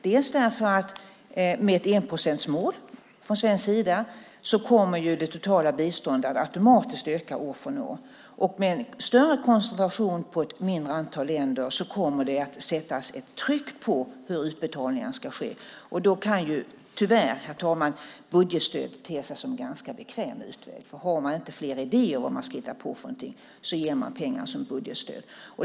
Dels därför att det totala biståndet automatiskt kommer att öka år från år med ett enprocentmål från svensk sida, dels kommer det med en större koncentration på ett mindre antal länder sättas ett tryck på hur utbetalningarna ska ske, och då kan budgetstöd te sig som en ganska bekväm utväg, tyvärr. Har man inte fler idéer om vad man ska hitta på ger man pengarna som budgetstöd.